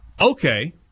Okay